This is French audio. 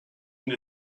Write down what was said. une